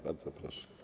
Bardzo proszę.